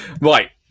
Right